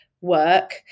work